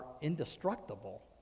indestructible